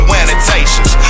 annotations